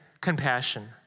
compassion